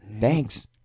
Thanks